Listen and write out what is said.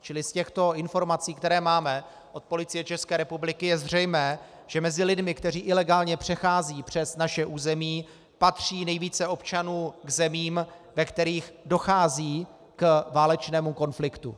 Čili z těchto informací, které máme od Policie České republiky, je zřejmé, že mezi lidmi, kteří ilegálně přecházejí přes naše území, patří nejvíce občanů k zemím, ve kterých dochází k válečnému konfliktu.